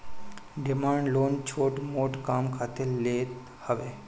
demand loan छोट मोट काम खातिर लेत हवे